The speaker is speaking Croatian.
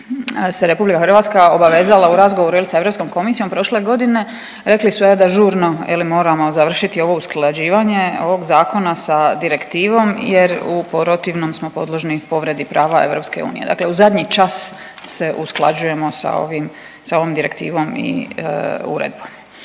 je zapravo se RH obavezala u razgovoru je li sa Europskom komisijom prošle godine rekli su a da žurno je li moramo završiti ovo usklađivanje ovog zakona sa direktivom jer u protivnom smo podložni povredi prava EU, dakle u zadnji čas se usklađujemo sa ovim, sa ovom direktivom i uredbom.